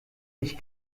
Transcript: ich